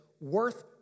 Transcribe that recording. worth